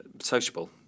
sociable